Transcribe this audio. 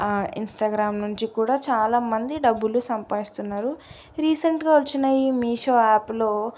Instagram నుంచి కూడా చాలా మంది డబ్బులు సంపాదిస్తున్నారు రీసెంట్గా వచ్చిన ఈ మీషో యాప్లో